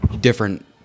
different